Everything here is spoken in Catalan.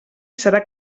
serà